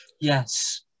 yes